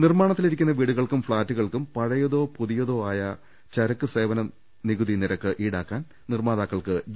നിർമാണത്തിലിരിക്കുന്ന വീടുകൾക്കും ഫ്ളാറ്റുകൾക്കും പഴ യതോ പുതിയതോ ആയ ചരക്കു സേവന നിരക്ക് ഈടാക്കാൻ നിർമാതാക്കൾക്ക് ജി